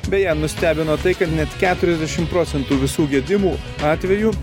beje nustebino tai kad net keturiasdešim procentų visų gedimų atvejų